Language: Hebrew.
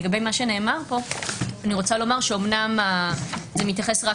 לגבי מה שנאמר כאן אני רוצה לומר שאמנם זה מתייחס רק